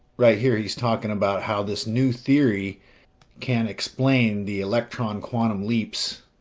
right here, he's talking about how this new theory can explain the electron quantum leaps,